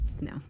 No